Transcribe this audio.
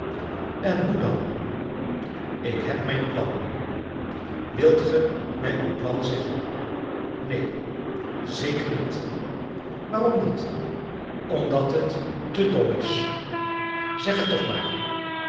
en hoe dan ik heb mijn plan wilt ge mij uw plan zeggen neen zeker niet waarom niet omdat het te dom is zeg het toch maar